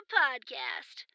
podcast